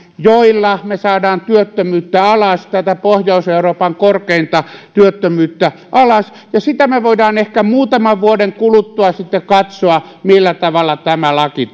joilla me saamme työttömyyttä alas tätä pohjois euroopan korkeinta työttömyyttä alas sitä me voimme ehkä muutaman vuoden kuluttua sitten katsoa millä tavalla tämä laki